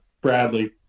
Bradley